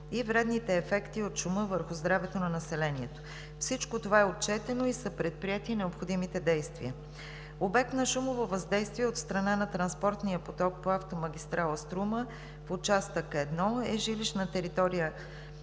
вредните ефекти от шума върху здравето на населението. Всичко това е отчетено и са предприети необходимите действия. Обект на шумово въздействие от страна на транспортния поток по автомагистрала „Струма“ в участък 1 е жилищната територия на